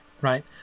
right